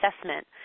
assessment